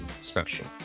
special